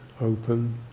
open